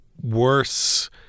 worse